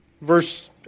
Verse